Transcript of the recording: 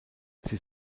sie